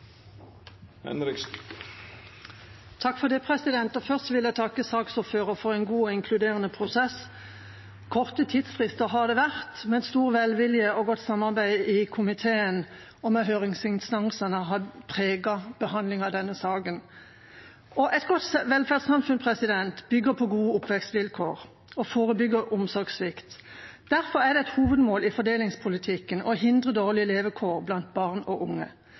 Først vil jeg takke saksordføreren for en god og inkluderende prosess. Korte tidsfrister har det vært, men stor velvilje og godt samarbeid i komiteen og med høringsinstansene har preget behandlingen av denne saken. Et godt velferdssamfunn bygger på gode oppvekstvilkår og forebygger omsorgssvikt. Derfor er det et hovedmål i fordelingspolitikken å hindre dårlige levekår blant barn og unge.